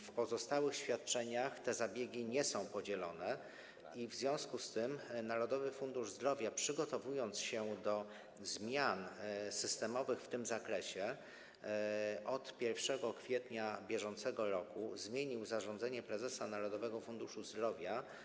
W przypadku pozostałych świadczeń te zabiegi nie są podzielone i w związku z tym Narodowy Fundusz Zdrowia, przygotowując się do zmian systemowych w tym zakresie, od 1 kwietnia br. zmienił zarządzenie prezesa Narodowego Funduszu Zdrowia.